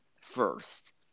first